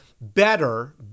better